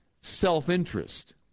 self-interest